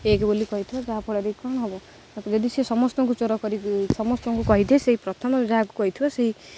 ଠିକ୍ ବୋଲି କହିଥିବ ଯାହାଫଳରେ କ'ଣ ହେବ ତା ଯଦି ସେ ସମସ୍ତଙ୍କୁ ଚୋର କରିବ ସମସ୍ତଙ୍କୁ କହିଥିବେ ସେଇ ପ୍ରଥମ ଯାହାକୁ କହିଥିବ ସେଇ